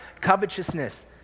covetousness